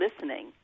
listening